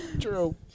true